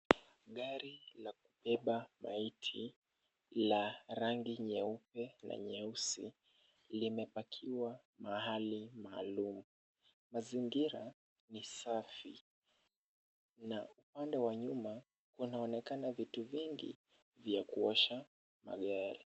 Gari la kubeba maiti la rangi nyeupe na nyeusi limepakiwa mahali maulumu. Mazingira ni safi na upande wa nyuma unaonekana vitu vingi vya kuosha magari.